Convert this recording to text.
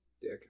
Dick